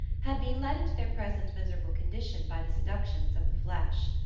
had been led into their present miserable condition by the seductions of the flesh.